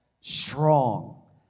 strong